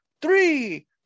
three